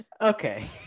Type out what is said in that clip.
Okay